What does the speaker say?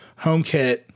HomeKit